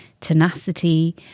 tenacity